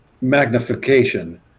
magnification